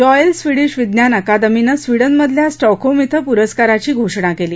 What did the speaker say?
royal Swedish विज्ञान अकादमीनं स्वीडनमधल्या स्टॉकहोम इथं पुरस्काराची घोषणा केली